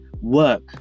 work